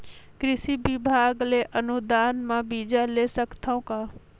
कृषि विभाग ले अनुदान म बीजा ले सकथव का?